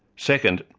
second,